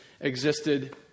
existed